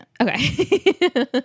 okay